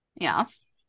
Yes